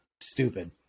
stupid